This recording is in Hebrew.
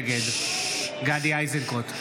נגד גדי איזנקוט,